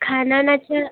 खाना